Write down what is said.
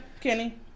Kenny